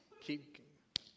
keep